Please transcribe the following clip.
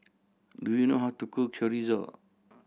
do you know how to cook Chorizo